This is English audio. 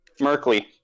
Merkley